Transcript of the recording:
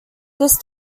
this